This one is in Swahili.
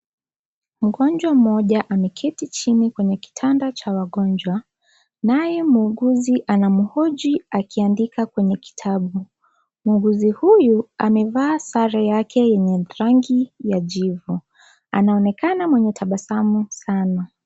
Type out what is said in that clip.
Mgonjwa mmoja, ameketi chini kwenye kitanda cha wagonjwa. Naye, muuguzi anamhoji akiandika kwenye kitabu. Muuguzi huyu, amevaa sare yake yenye rangi ya jivu. Anaonekana mwenye tabasamu sana.